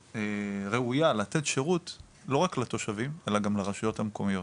הראויה לתת שירות לא רק לתושבים אלא גם לרשויות המקומיות.